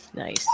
Nice